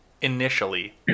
initially